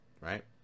Right